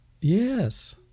Yes